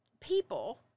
people